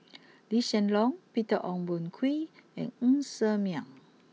Lee Hsien Loong Peter Ong Boon Kwee and Ng Ser Miang